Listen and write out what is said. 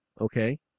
Okay